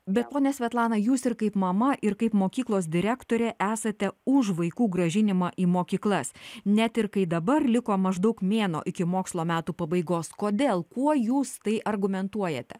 bet ponia svetlana jūs ir kaip mama ir kaip mokyklos direktorė esate už vaikų grąžinimą į mokyklas net ir kai dabar liko maždaug mėnuo iki mokslo metų pabaigos kodėl kuo jūs tai argumentuojate